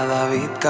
David